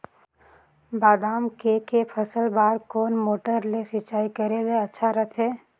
बादाम के के फसल बार कोन मोटर ले सिंचाई करे ले अच्छा रथे?